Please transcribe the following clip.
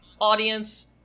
Audience